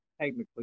technically